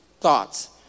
thoughts